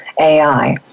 AI